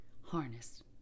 harness